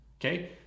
Okay